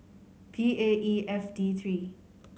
P A E F D three